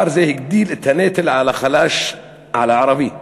פער זה הגביר את הנטל על החלש, על הערבי.